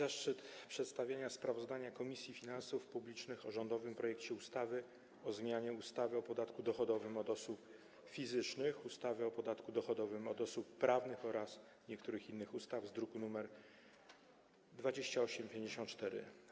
Mam wielki zaszczyt przedstawienia sprawozdania Komisji Finansów Publicznych o rządowym projekcie ustawy o zmianie ustawy o podatku dochodowym od osób fizycznych, ustawy o podatku dochodowym od osób prawnych oraz niektórych innych ustaw z druku nr 2854.